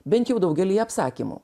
bent jau daugelyje apsakymų